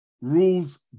rules